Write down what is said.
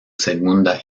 segunda